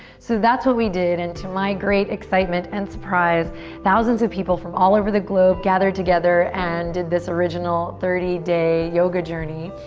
so that's what we did and to my great excitement and surprise thousands of people from all over the globe gathered together and did this original thirty day yoga journey,